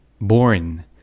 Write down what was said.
born